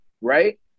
right